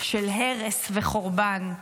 של הרס וחורבן.